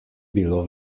bilo